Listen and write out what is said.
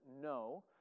no –